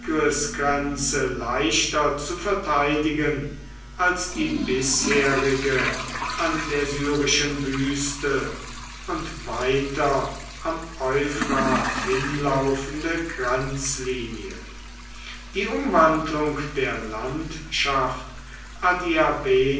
leichter zu verteidigen als die bisherige an der syrischen wüste und weiter am euphrat hinlaufende grenzlinie die umwandlung der landschaft